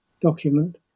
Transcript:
document